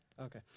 Okay